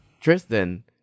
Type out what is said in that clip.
Tristan